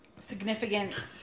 significant